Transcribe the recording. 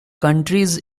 countries